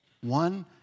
one